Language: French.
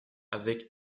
avec